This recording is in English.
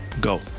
Go